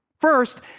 First